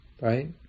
right